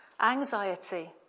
anxiety